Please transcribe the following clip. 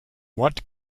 what